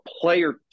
player